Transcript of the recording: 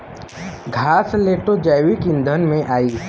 घासलेटो जैविक ईंधन में आई